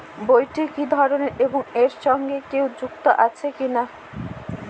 বইটি কি ধরনের এবং এর সঙ্গে কেউ যুক্ত আছে কিনা?